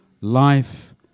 life